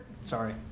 Sorry